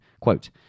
Quote